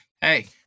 hey